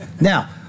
Now